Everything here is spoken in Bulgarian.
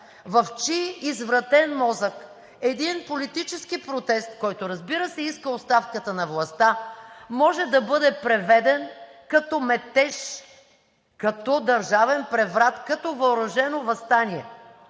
В чий извратен мозък един политически протест, който, разбира се, иска оставката на властта, може да бъде преведен като метеж, като държавен преврат, като въоръжено въстание?